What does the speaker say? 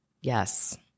Yes